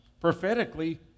prophetically